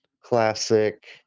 classic